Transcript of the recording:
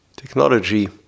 technology